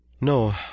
No